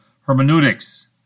hermeneutics